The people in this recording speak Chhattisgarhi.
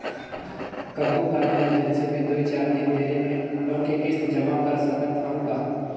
कभू काल इमरजेंसी मे दुई चार दिन देरी मे लोन के किस्त जमा कर सकत हवं का?